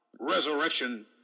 Resurrection